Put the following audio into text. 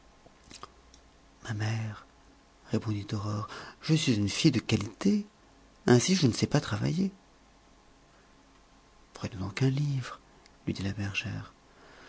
ma mère répondit aurore je suis une fille de qualité ainsi je ne sais pas travailler prenez donc un livre lui dit la bergère